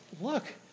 look